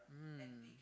mm